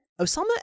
Osama